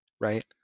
right